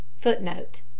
Footnote